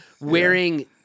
wearing